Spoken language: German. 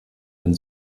den